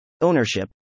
Ownership